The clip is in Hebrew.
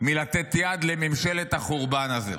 מלתת יד לממשלת החורבן הזו.